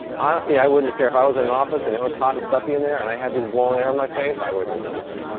honestly, i wouldn't care if i was in an office and it was hot and stuffy in there and i had these blowing air in my face, i wouldn't really care.